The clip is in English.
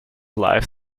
life